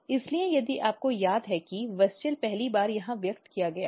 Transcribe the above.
इसलिए यदि आपको याद है कि WUSCHEL पहली बार यहां व्यक्त किया गया है